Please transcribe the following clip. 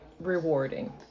rewarding